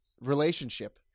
relationship